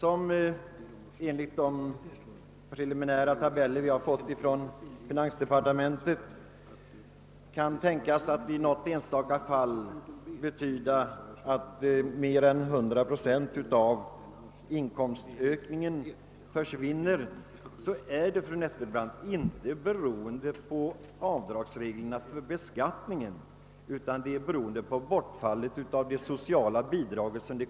Om marginaleffekten i något enstaka fall är sådan, att mer än 100 procent av inkomstökningen försvinner så beror detta inte på avdragsreglerna utan på bortfallet av det kommunala bostadstillägget.